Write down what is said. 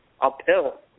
uphill